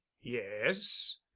yes